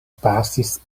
pasis